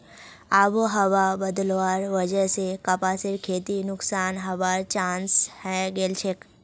आबोहवा बदलवार वजह स कपासेर खेती नुकसान हबार चांस हैं गेलछेक